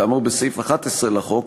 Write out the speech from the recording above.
כאמור בסעיף 11 לחוק,